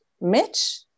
Mitch